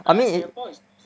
I mean it